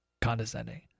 condescending